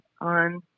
on